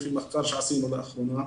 לפי מחקר שעשינו לאחרונה.